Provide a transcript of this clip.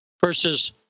versus